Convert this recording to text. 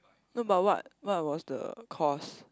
no but what what was the cause